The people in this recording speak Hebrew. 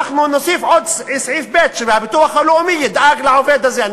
נוסיף סעיף שהביטוח הלאומי ידאג לעובד הזה.